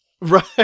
Right